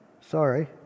Sorry